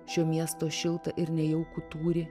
šio miesto šiltą ir nejaukų tūrį